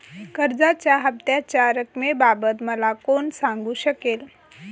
कर्जाच्या हफ्त्याच्या रक्कमेबाबत मला कोण सांगू शकेल?